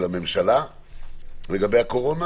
הממשלה לגבי הקורונה,